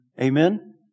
Amen